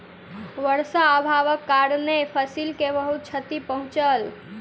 वर्षा अभावक कारणेँ फसिल के बहुत क्षति पहुँचल